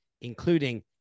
including